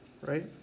right